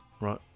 Right